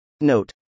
Note